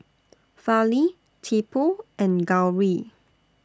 Fali Tipu and Gauri